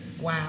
wow